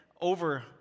over